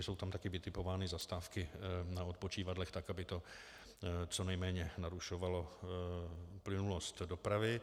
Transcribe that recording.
Jsou tam také vytipovány zastávky na odpočívadlech, tak aby to co nejméně narušovalo plynulost dopravy.